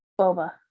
boba